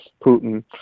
Putin